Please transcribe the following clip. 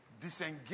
disengage